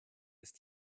ist